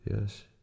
yes